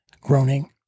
groaning